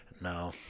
No